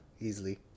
easily